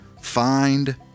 find